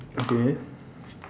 okay